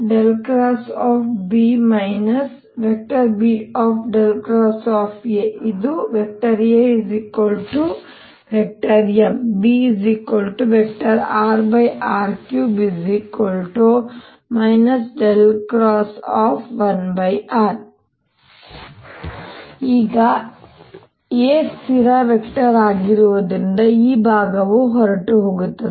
A ಇದು AmBrr3 1r ಈಗ A ಸ್ಥಿರ ವೆಕ್ಟರ್ ಆಗಿರುವುದರಿಂದ ಈ ಭಾಗವು ಹೊರಟು ಹೋಗುತ್ತದೆ